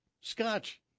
scotch